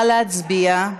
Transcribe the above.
נא להצביע.